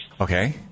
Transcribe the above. Okay